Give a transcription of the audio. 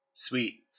Sweet